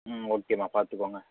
ம் ஓகேம்மா பார்த்துக்கோங்க